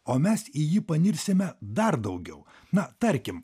o mes į jį panirsime dar daugiau na tarkim